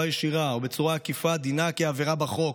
ישירה או בצורה עקיפה דינה כעבירה בחוק.